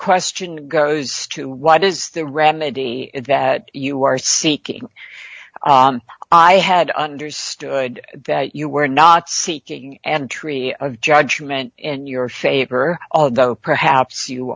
question goes to what is the remedy that you are seeking i had understood that you were not seeking entry of judgment in your favor although perhaps you